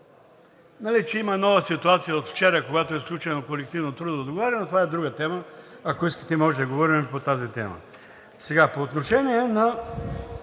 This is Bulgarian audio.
каже, че има нова ситуация от вчера, когато е сключено колективното трудово договаряне, но това е друга тема. Ако искате, може да говорим и по тази тема. По отношение на